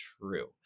true